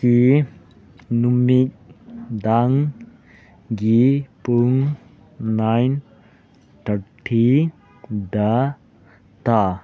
ꯀꯤ ꯅꯨꯃꯤꯗꯥꯡꯒꯤ ꯄꯨꯡ ꯅꯥꯏꯟ ꯊꯥꯔꯇꯤ ꯗꯇ